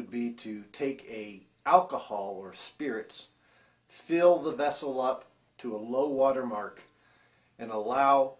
would be to take a alcohol or spirits fill the vessel up to a low water mark and allow